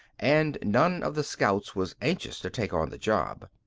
and none of the scouts was anxious to take on the job.